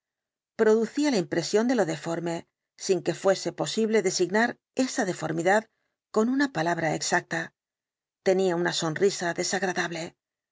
producía la impresión de lo deforme sin que fuese posible designar esa deformidad con una palabra exacta tenía una sonrisa desagradable